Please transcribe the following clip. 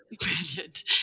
brilliant